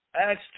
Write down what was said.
Acts